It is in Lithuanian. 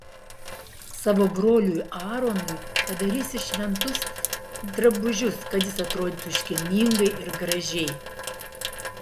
savo broliui aaronui padarysi šventus drabužius kad jis atrodytų iškilmingai ir gražiai